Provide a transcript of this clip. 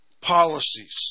policies